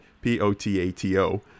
P-O-T-A-T-O